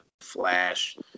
Flash